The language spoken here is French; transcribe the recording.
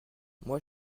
moi